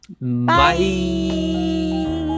Bye